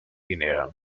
guinea